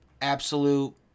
absolute